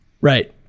Right